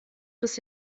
bis